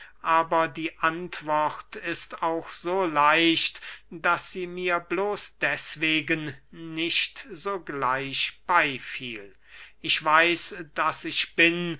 aber die antwort ist auch so leicht daß sie mir bloß deswegen nicht sogleich beyfiel ich weiß daß ich bin